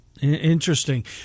Interesting